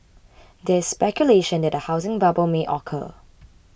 there is speculation that a housing bubble may occur